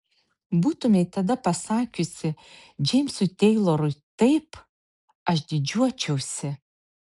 būtumei tada pasakiusi džeimsui teilorui taip aš didžiuočiausi